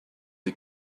des